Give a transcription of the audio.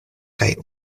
kaj